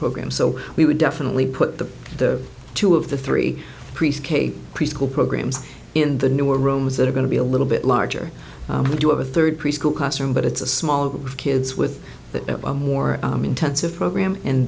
program so we would definitely put the the two of the three priest kate preschool programs in the newer rooms that are going to be a little bit larger we do have a third preschool classroom but it's a small group of kids with a more intensive program in